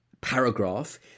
paragraph